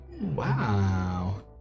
Wow